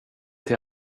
till